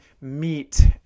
meet